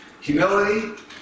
Humility